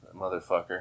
motherfucker